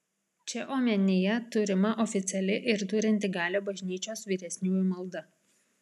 čia omenyje turima oficiali ir turinti galią bažnyčios vyresniųjų malda